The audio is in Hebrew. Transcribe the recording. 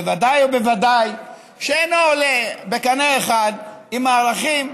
בוודאי ובוודאי הוא אינו עולה בקנה אחד עם הערכים,